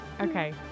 Okay